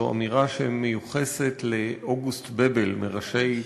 זו אמירה שמיוחסת לאוגוסט בבל, מראשי